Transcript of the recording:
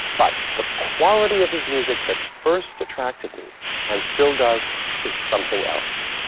but the quality of his music that first attracted me and still does is something else,